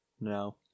No